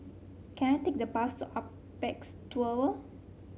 can I take the bus to Apex Tower